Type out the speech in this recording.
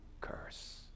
curse